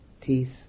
teeth